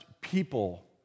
people